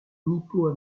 nippo